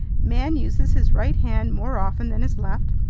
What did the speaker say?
man uses his right hand more often than his left,